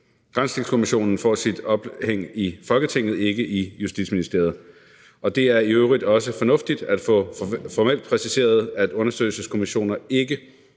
Granskningskommissionen får sit ophæng i Folketinget og ikke i Justitsministeriet. Og det er i øvrigt også fornuftigt at få formelt præciseret, at undersøgelseskommissioner –